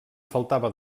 faltava